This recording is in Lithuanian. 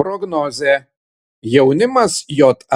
prognozė jaunimas jav